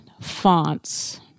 fonts